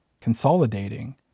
consolidating